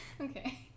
Okay